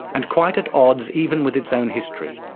and quite at odds even with its own history.